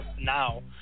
Now